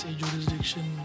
jurisdiction